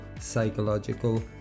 psychological